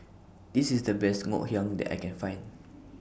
This IS The Best Ngoh Hiang that I Can Find